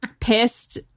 pissed